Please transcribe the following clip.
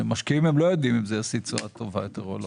כשהם משקיעים הם לא יודעים אם זה ישיא תשואה טובה יותר או לא.